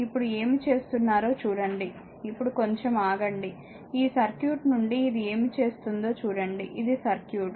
ఇప్పుడు ఏమి చేస్తున్నారో చూడండి ఇప్పుడు కొంచెం ఆగండి ఈ సర్క్యూట్ నుండి ఇది ఏమి చేస్తుందో చూడండి ఇది సర్క్యూట్